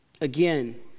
Again